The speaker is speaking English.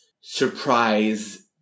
surprise